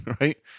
right